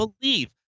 believe